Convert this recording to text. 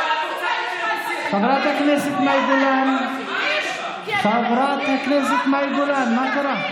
חברת הכנסת מאי גולן, מה קרה?